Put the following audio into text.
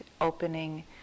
opening